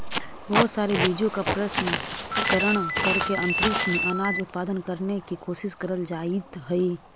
बहुत सारे बीजों का प्रशन करण करके अंतरिक्ष में अनाज उत्पादन करने की कोशिश करल जाइत हई